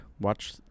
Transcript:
Watch